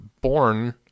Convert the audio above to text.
born